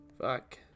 Fuck